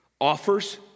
offers